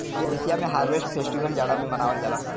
Asia में harvest festival जाड़ा में मनावल जाला